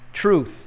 truth